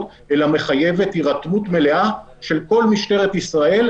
אלא מחייבת הירתמות מלאה של כל משטרת ישראל,